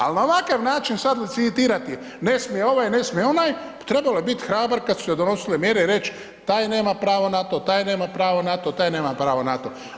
Al na ovakav način sad licitirati ne smije ovaj, ne smije onaj, trebalo je bit hrabar kad su se donosile mjere i reć taj nema pravo na to, taj nema pravo na to, taj nema pravo na to.